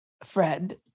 Fred